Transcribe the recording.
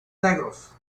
negros